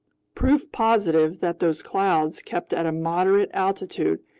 proof positive that those clouds kept at a moderate altitude,